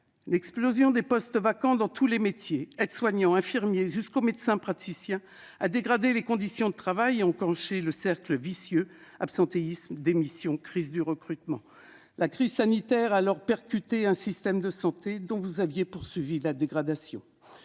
L'explosion des postes vacants dans tous les métiers- des aides-soignantes et infirmiers jusqu'aux médecins praticiens -a dégradé les conditions de travail et enclenché un cercle vicieux d'absentéisme, de démissions et de crise du recrutement. C'est alors que la crise sanitaire a percuté un système de santé dont vous aviez poursuivi la dégradation.